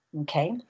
Okay